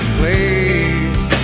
place